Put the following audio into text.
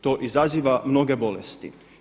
To izaziva mnoge bolesti.